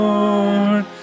Lord